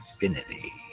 infinity